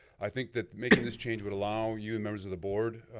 i think that making this change would allow you and members of the board,